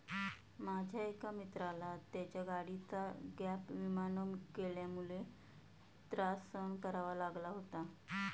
माझ्या एका मित्राला त्याच्या गाडीचा गॅप विमा न केल्यामुळे त्रास सहन करावा लागला होता